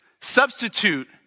Substitute